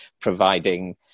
providing